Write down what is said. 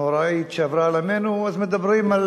הנוראית שעברה על עמנו, אז מדברים על